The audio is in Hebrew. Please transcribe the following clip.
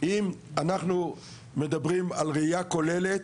אם אנחנו מדברים על ראייה כוללת,